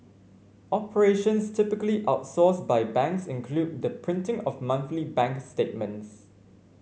operations typically outsourced by banks include the printing of monthly bank statements